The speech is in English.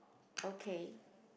okay